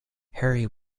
harry